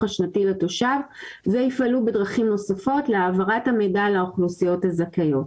השנתי לתושב ויפעלו בדרכים נוספות להעברת המידע לאוכלוסיות הזכאיות.